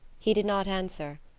he did not answer,